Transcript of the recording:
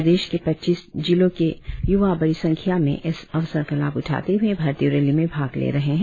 प्रदेश के पच्चीस जिलों के य्वा बड़ी संख्या में इस अवसर का लाभ उठाते हए भर्ती रैली में भाग ले रहे है